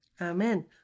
Amen